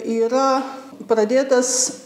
yra pradėtas